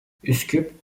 üsküp